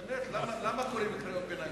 באמת, למה קוראים קריאות ביניים?